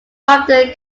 after